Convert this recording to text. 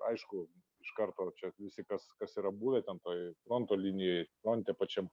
aišku iš karto čia visi kas kas yra buvę ten toje fronto linijoje fronte pačiam